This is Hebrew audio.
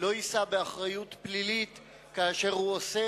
לא יישא באחריות פלילית כאשר הוא עושה